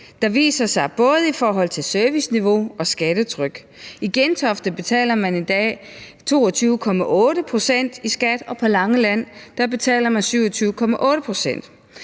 der viser sig både i forhold til serviceniveau og skattetryk. I Gentofte betaler man endda 22,8 pct. i skat, mens man på Langeland betaler 27,8 pct.